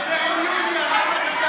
מאי גולן.